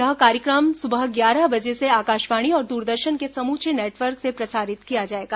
यह कार्यक्रम सुबह ग्यारह बजे से आकाशवाणी और दूरदर्शन के समूचे नेटवर्क से प्रसारित किया जाएगा